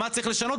מה צריך לשנות?